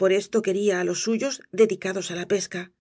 por esto quería á los suyos dedicados á la pesca por